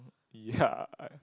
ya